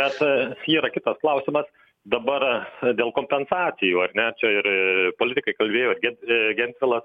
bet yra kitas klausimas dabar dėl kompensacijų ar ne čia ir politikai kalbėjo ir get gentvilas